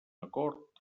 acord